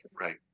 Right